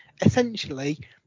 essentially